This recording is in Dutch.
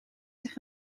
zich